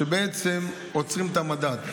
היא גם שעוצרים את המדד.